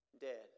dead